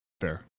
Fair